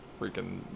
Freaking